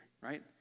right